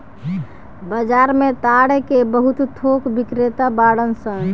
बाजार में ताड़ के बहुत थोक बिक्रेता बाड़न सन